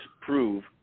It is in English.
prove